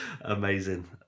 amazing